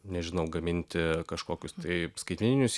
nežinau gaminti kažkokius taip skaitmeninius